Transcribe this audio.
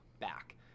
back